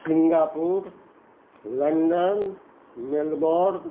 Singapore London Melbourne